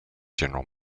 general